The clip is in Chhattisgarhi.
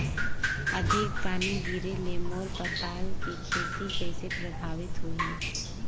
अधिक पानी गिरे ले मोर पताल के खेती कइसे प्रभावित होही?